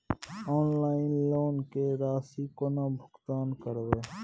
Online loan के राशि केना भुगतान करबे?